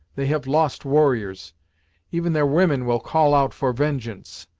they have lost warriors even their women will call out for vengeance.